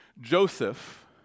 Joseph